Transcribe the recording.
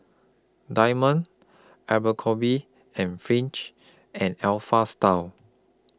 Diamond Abercrombie and Fitch and Alpha Style